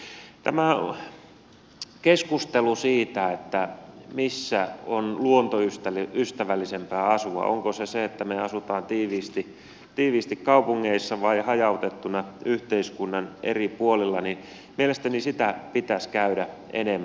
tätä keskustelua siitä missä on luontoystävällisempää asua onko se sitä että me asumme tiiviisti kaupungeissa vai hajautettuna yhteiskunnan eri puolilla mielestäni pitäisi käydä enemmän